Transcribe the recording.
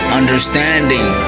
understanding